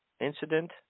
incident